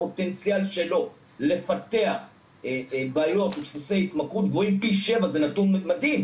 הפוטנציאל שלו לפתח בעיות ודפוסי התמכרות גבוהים פי 7. זה נתון מדהים.